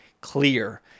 clear